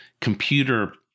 computer